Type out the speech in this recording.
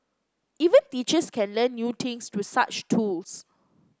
even teachers can learn new things through such tools